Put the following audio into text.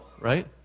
right